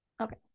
okay